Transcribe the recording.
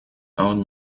own